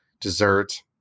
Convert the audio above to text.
dessert